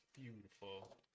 Beautiful